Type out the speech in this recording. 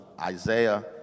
Isaiah